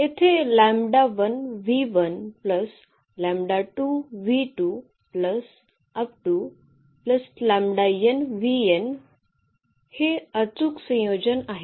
येथे हे अचूक संयोजन आहे